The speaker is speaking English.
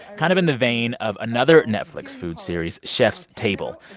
kind of in the vein of another netflix food series chef's table.